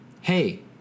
hey